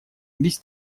без